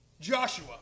Joshua